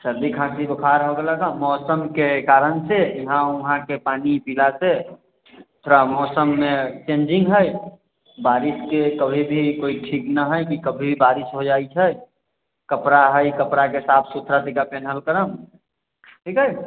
सर्दी खांसी हो गैलक हँ मौसमके कारण से यहाँ वहां के पानी पीला से थोड़ा मौसममे चेंजिंग है बारिस के कभी भी ठीक न हय कि कभी बारिस हो जाय छै कपड़ा हय कपड़ा के साफ सुतरा जेकाँ पेन्हल करम ठीक हय